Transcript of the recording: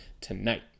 tonight